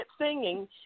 singing